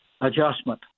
adjustment